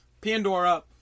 Pandora